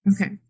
Okay